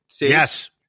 Yes